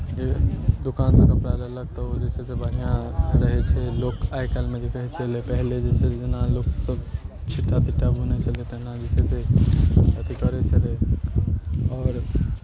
जे दोकानसँ कपड़ा लेलक तऽ ओ जे छै से बढ़िआँ रहै छै लोक आइ काल्हिमे जे पहिरैत छलै पहिले जे छलै जेना लोकसभ छिट्टा पिट्टा बुनै छलै तेना ईसभ जे अथि करै छलै आओर